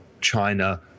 China